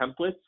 templates